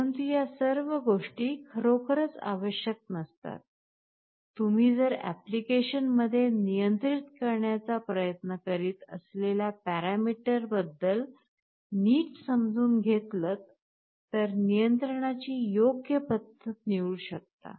परंतु या सर्व गोष्टी खरोखरच आवश्यक नसतात तुम्ही जर एप्लिकेशन मध्ये नियंत्रित करण्याचा प्रयत्न करीत असलेल्या पॅरामीटरबद्दल नीट समजून घेतल तर नियंत्रणाची योग्य पद्धत निवडू शकता